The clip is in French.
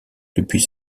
depuis